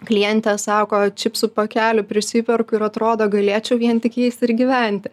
klientės sako čipsų pakelių prisiperku ir atrodo galėčiau vien tik jais ir gyventi